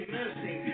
mercy